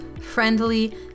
friendly